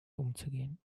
umzugehen